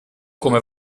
come